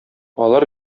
алар